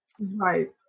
Right